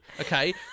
okay